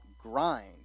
grind